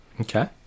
Okay